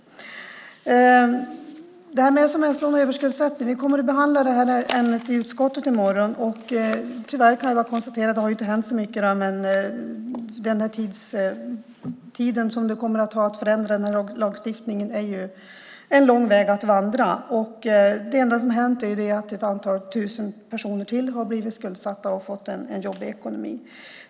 Vi kommer att behandla ämnet sms-lån och överskuldsättning i utskottet i morgon. Tyvärr kan jag konstatera att det inte har hänt så mycket. När det gäller att förändra den här lagstiftningen återstår en lång väg att vandra. Det enda som har hänt är att ett antal tusen personer till har blivit skuldsatta och fått en jobbig ekonomi.